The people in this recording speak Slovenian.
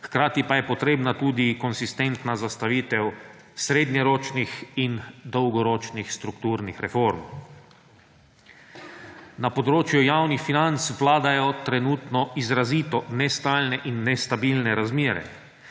hkrati pa je potrebna tudi konsistentna zastavitev srednjeročnih in dolgoročnih strukturnih reform. Na področju javnih financ vladajo trenutno izrazito nestalne in nestabilne razmere.